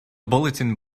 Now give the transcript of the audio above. bulletin